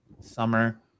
summer